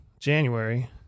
January